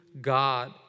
God